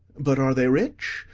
but are they rich?